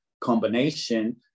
combination